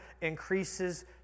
increases